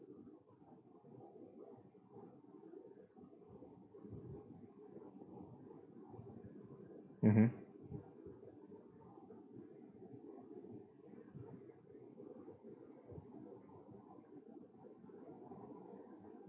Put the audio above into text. mmhmm